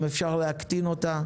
אם אפשר להקטין אותה,